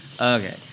Okay